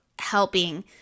helping